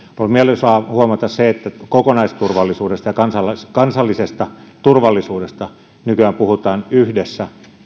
on mieluisaa huomata se että kokonaisturvallisuudesta ja kansallisesta turvallisuudesta nykyään puhutaan yhdessä